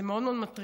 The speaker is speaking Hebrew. זה מאוד מאוד מטריד.